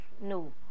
no